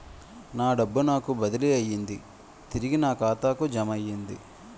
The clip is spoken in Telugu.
నా డబ్బు నాకు బదిలీ అయ్యింది తిరిగి నా ఖాతాకు జమయ్యింది